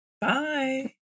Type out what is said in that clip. Bye